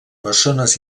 bessones